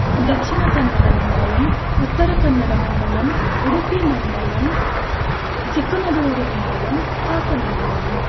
दक्षिणकन्नडमण्डलम् उत्तरकन्नडमण्डलम् उडूपीमण्डलम् चिक्कमंगलूरुमण्डलम् हासनमण्डलम्